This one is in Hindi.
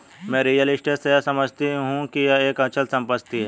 मैं रियल स्टेट से यह समझता हूं कि यह एक अचल संपत्ति है